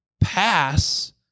pass